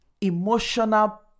emotional